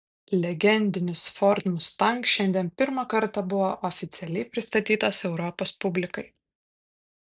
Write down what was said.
legendinis ford mustang šiandien pirmą kartą buvo oficialiai pristatytas europos publikai